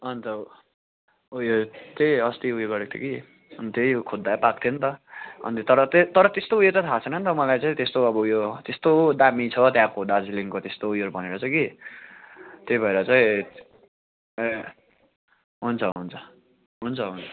अन्त उयो त्यही अस्ति उयो गरेको थिएँ कि अनि त्यही खोज्दा पाएको थिएँ नि त अन्त तर तर त्यस्तो उयो त थाहा छैन नि त मलाई चाहिँ त्यस्तो अब उयो त्यस्तो दामी छ त्यहाँको दार्जिलिङको त्यस्तो उयो भनेर चाहिँ कि त्यही भएर चाहिँ ए हुन्छ हुन्छ हुन्छ हुन्छ